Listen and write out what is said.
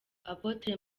apotre